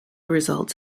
results